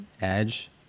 edge